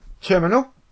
terminal